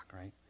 right